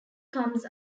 comes